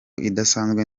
idasanzwe